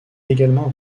également